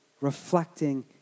Reflecting